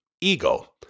ego